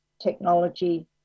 technology